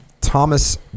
Thomas